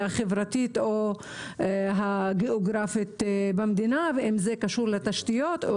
החברתית או הגיאוגרפית במדינה ואם זה קשור לתשתיות או